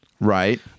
right